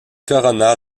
corona